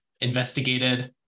investigated